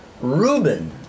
Ruben